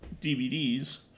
DVDs